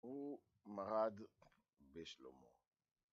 הוא מרד בשלמה.